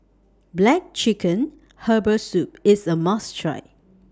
Black Chicken Herbal Soup IS A must Try